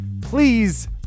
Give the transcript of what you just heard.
please